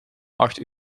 acht